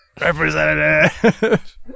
Representative